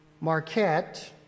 Marquette